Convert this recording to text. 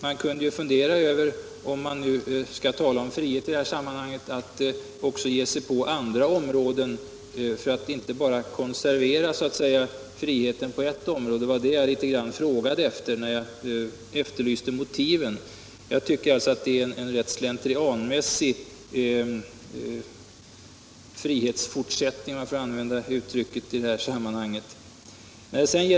Man kan ju — om man nu skall tala om frihet i det här sammanhanget — fundera över om man inte också skall inbegripa andra områden, så att man inte så att säga konserverar friheten på bara ett område — det var detta jag tänkte på när jag frågade efter motiven. Jag tycker att förslaget innebär en rätt slentrianmässig frihetsfortsättning, om jag får använda det uttrycket i detta sammanhang.